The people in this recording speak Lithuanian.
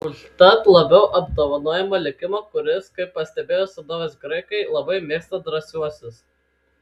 užtat labiau apdovanojama likimo kuris kaip pastebėjo senovės graikai labai mėgsta drąsiuosius